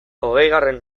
hogeigarren